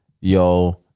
Yo